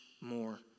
more